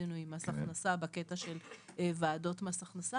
תהיה בעיה ולא נצליח